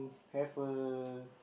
have a